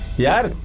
yeah.